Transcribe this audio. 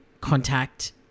contact